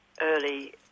early